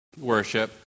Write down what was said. worship